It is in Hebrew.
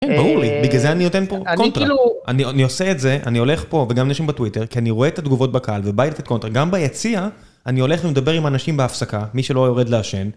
כן, ברור לי, בגלל זה אני נותן פה קונטרה. אני עושה את זה אני הולך פה וגם עם אנשים בטוויטר כי אני רואה את התגובות בקהל ובא לי לתת קונטרה. גם ביציע אני הולך לדבר עם אנשים בהפסקה מי שלא יורד לעשן.